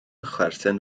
chwerthin